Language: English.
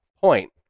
point